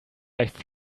nicht